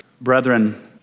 brethren